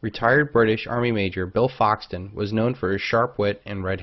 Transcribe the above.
retired british army major bill foxton was known for his sharp wit and red